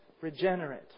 regenerate